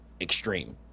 extreme